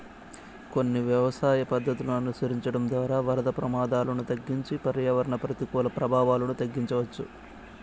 కొన్ని వ్యవసాయ పద్ధతులను అనుసరించడం ద్వారా వరద ప్రమాదాలను తగ్గించి పర్యావరణ ప్రతికూల ప్రభావాలను తగ్గించవచ్చు